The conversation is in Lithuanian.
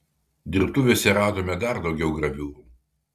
dirbtuvėse radome dar daugiau graviūrų